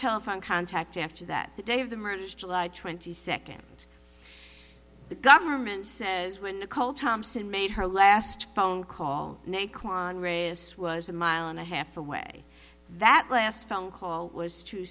telephone contact after that the day of the murders july twenty second the government says when nicole thomson made her last phone call on ray this was a mile and a half away that last phone call was to